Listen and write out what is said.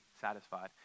satisfied